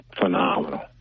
phenomenal